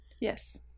Yes